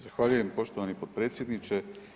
Zahvaljujem poštovani potpredsjedniče.